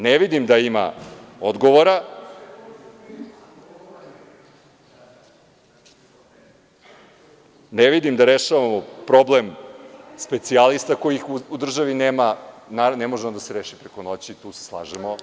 Ne vidim da ima odgovora, ne vidim da rešavamo problem specijalista kojih u državi nema, naravno, ne može on da se reši preko noći, tu se slažemo.